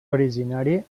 originari